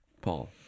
Paul